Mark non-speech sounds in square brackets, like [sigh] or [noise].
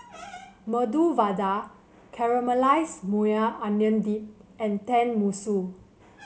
[noise] Medu Vada Caramelize Maui Onion Dip and Tenmusu